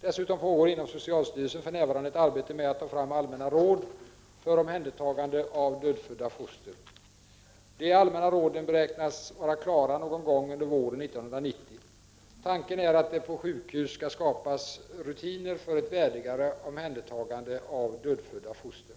Dessutom pågår inom socialstyrelsen för närvarande ett arbete med att ta fram allmänna råd för omhändertagande av dödfödda foster. De allmänna råden beräknas vara klara någon gång under våren 1990. Tanken är att det på sjukhus skall skapas rutiner för ett värdigare omhändertagande av dödfödda foster.